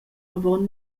avon